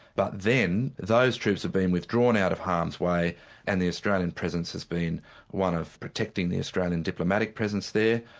but then those troops have been withdrawn out of harm's way and the australian presence has been one of protecting the australian diplomatic presence there,